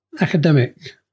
academic